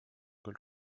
küll